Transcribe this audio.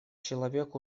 человек